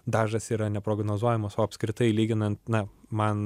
dažas yra neprognozuojamas o apskritai lyginant na man